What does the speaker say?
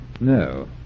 No